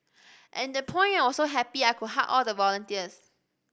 at that point I was so happy I could hug all the volunteers